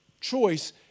choice